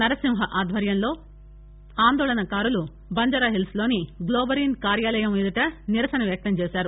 నరసింహ ఆధ్వర్యంలో ఆందోళనక కారులు బంజారాహిల్స్లోని గ్లోబరీన్ కార్యాలయం ఎదుట నిరసన వ్యక్తం చేశారు